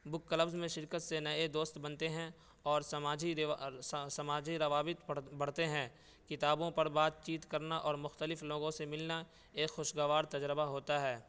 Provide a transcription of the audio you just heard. بک clubs میں شرکت سے نئے دوست بنتے ہیں اور سماجی سماجی روابط پڑ بڑھتے ہیں کتابوں پر بات چیت کرنا اور مختلف لوگوں سے ملنا ایک خوشگوار تجربہ ہوتا ہے